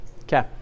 Okay